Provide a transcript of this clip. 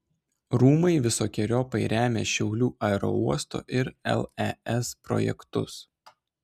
rūmai visokeriopai remia šiaulių aerouosto ir lez projektus